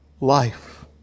life